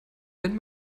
wenn